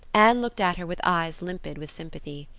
anne looked at her with eyes limpid with sympathy.